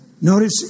Notice